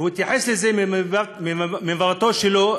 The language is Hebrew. והוא התייחס לזה ממבטו שלו,